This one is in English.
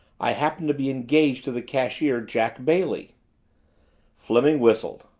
i happen to be engaged to the cashier, jack bailey fleming whistled.